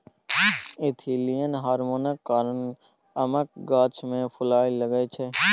ethylene हार्मोनक कारणेँ आमक गाछ मे फुल लागय छै